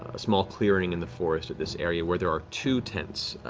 ah small clearing in the forest of this area, where there are two tents,